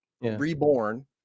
Reborn